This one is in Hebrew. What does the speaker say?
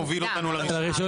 מוביל אותנו לתאריך של ינואר.